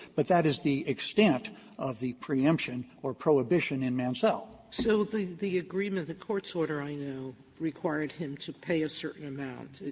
but that is the extent of the preemption or prohibition in mansell. sotomayor so the the agreement, the court's order i know required him to pay a certain amount.